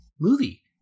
movie